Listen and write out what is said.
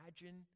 imagine